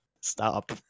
stop